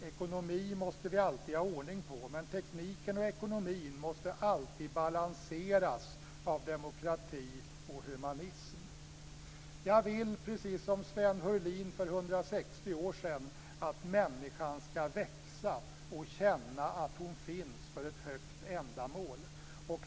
Ekonomin måste vi alltid ha ordning på men tekniken och ekonomin måste alltid balanseras av demokrati och humanism. Jag vill, precis som Sven Heurlin för 160 år sedan, att människan ska växa och känna att hon finns för ett högt ändamål.